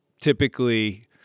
typically